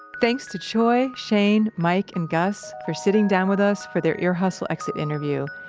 thanks to choy, chayne, mike, and gus for sitting down with us for their ear hustle exit interview.